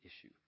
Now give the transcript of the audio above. issue